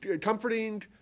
comforting